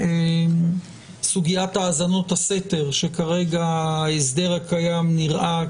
עניין סוגיית האזנות הסתר, שכרגע ההסדר הקיים נראה